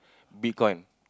bitcoin